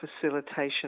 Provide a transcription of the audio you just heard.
facilitation